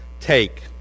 take